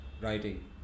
writing